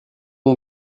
mon